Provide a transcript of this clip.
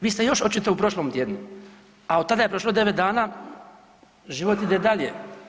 Vi ste još očito u prošlom tjednu, a od tad je prošlo 9 dana, život ide dalje.